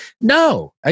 No